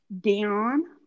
Dion